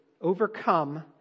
overcome